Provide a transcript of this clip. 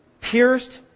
pierced